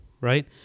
right